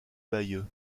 bayeux